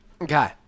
Okay